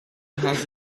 has